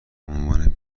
عنوان